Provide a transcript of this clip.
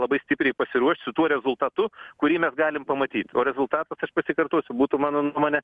labai stipriai pasiruošt su tuo rezultatu kurį mes galim pamatyt o rezultatas aš pasikartosiu būtų mano nuomone